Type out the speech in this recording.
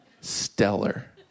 Stellar